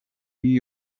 нью